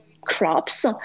crops